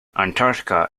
antarctica